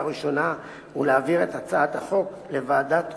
ראשונה ולהעביר את הצעת החוק לוועדת החוקה,